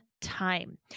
time